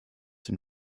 den